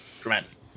tremendous